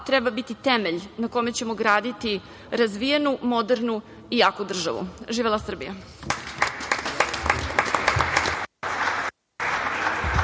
treba biti temelj na kome ćemo graditi razvijenu, modernu i jaku državu. Živela Srbija.